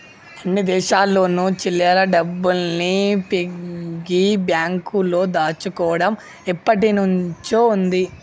అన్ని దేశాల్లోను చిల్లర డబ్బుల్ని పిగ్గీ బ్యాంకులో దాచుకోవడం ఎప్పటినుంచో ఉంది